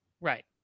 Right